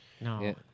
No